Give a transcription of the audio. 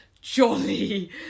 jolly